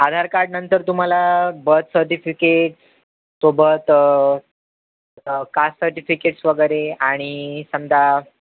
आधार कार्डनंतर तुम्हाला birth certificates तो बर्थ कास्ट सर्टिफिकेट्स वगैरे आणि समजा